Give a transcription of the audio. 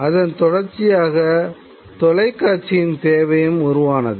அதன் தொடர்ச்சியாக தொலைக்காட்சியின் தேவையும் உருவானது